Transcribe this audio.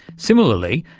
similarly,